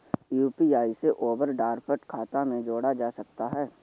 UPI से overdraft खाता भी जोड़ा जा सकता है